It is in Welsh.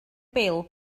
bil